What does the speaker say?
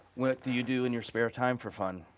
what do you do in your spare time for fun?